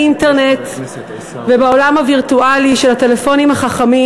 באינטרנט ובעולם הווירטואלי של הטלפונים החכמים